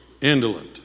Indolent